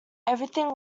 everything